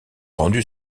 rendu